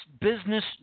Business